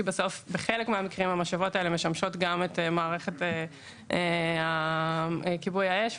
כי בחלק מהמקרים המשאבות האלה משמשות גם את מערכת כיבוי האש,